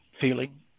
feeling